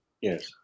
Yes